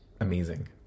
Amazing